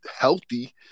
healthy –